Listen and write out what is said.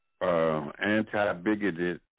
Anti-bigoted